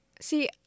See